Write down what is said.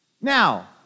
Now